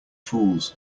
fools